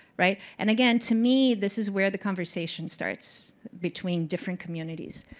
right? and again, to me, this is where the conversation starts between different communities.